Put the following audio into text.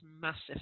massive